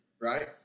right